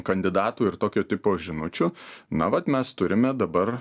kandidatų ir tokio tipo žinučių na vat mes turime dabar